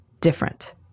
different